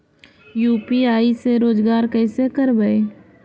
UPI से रोजगार कैसे करबय?